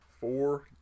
Four